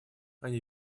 они